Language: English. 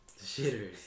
shitters